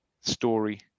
story